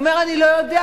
והוא אומר: אני לא יודע,